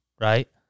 right